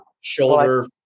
shoulder